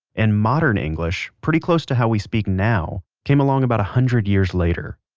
and modern english, pretty close to how we speak now, came along about a hundred years later,